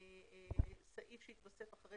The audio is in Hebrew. סעיף שהתווסף אחרי